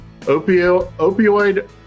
opioid